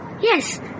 Yes